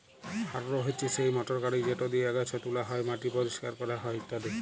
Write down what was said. harrow হছে সেই motor গাড়ি যেট দিঁয়ে আগাছা তুলা হ্যয়, মাটি পরিষ্কার ক্যরা হ্যয় ইত্যাদি